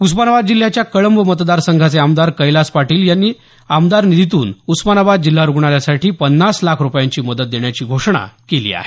उस्मानाबाद जिल्ह्याच्या कळंब मतदारसंघाचे आमदार कैलास पाटील यांनी आमदार निधीतून उस्मानाबाद जिल्हा रुग्णालयासाठी पन्नास लाख रुपयांची मदत देण्याची घोषणा केली आहे